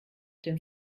dem